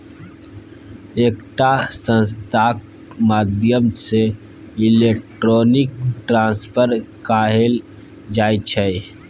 एकटा संस्थाक माध्यमसँ इलेक्ट्रॉनिक ट्रांसफर कएल जाइ छै